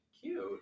cute